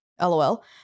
lol